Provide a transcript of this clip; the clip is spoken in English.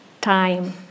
time